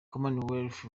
commonwealth